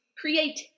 create